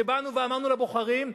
ובאנו ואמרנו לבוחרים,